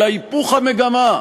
אלא גם היפוך המגמה,